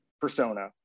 persona